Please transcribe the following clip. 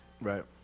Right